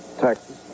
Texas